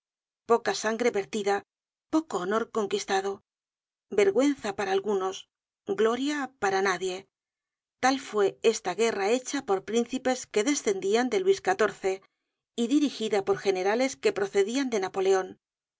poca sangre vertida poco honor conquistado vergüenza para algunos gloria para nadie tal fue esta guerra hecha por príncipes que descendian de luis xiv y dirigida por generales que procedian de napoleon